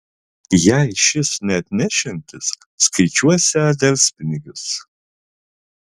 jei šis neatnešiantis skaičiuosią delspinigius